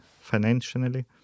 financially